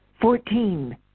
fourteen